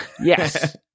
Yes